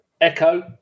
Echo